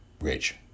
rich